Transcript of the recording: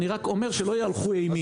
אני רק אומר שלא יהלכו אימים.